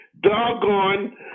doggone